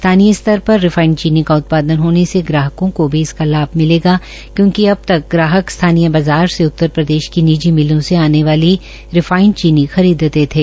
स्थानीय स्तर पर रिफाइंड चीनी का उत्पादन होने से ग्राहकों को भी इसका लाभ मिलेगा क्योंकि अब तक ग्राहक स्थानीय बाज़ार से उत्तरप्रदेश कीनिजी मिलों से आने वाली रिफाइंड चीनी खरीदते थे